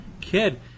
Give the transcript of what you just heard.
kid